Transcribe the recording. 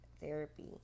therapy